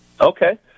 Okay